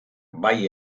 bai